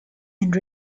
and